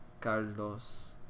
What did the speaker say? Carlos